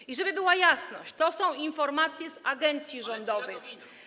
I żeby była jasność, to są informacje z agencji rządowych.